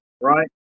Right